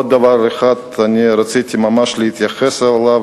עוד דבר אחד שרציתי להתייחס אליו,